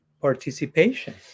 participation